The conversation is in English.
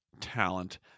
talent